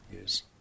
Yes